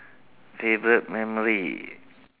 favourite memory